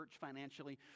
financially